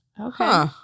Okay